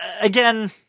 again